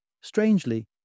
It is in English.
Strangely